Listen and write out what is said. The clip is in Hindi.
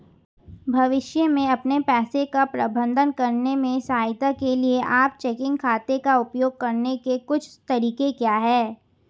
भविष्य में अपने पैसे का प्रबंधन करने में सहायता के लिए आप चेकिंग खाते का उपयोग करने के कुछ तरीके क्या हैं?